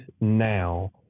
now